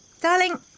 Darling